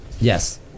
Yes